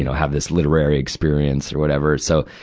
you know have this literary experience, or whatever. so,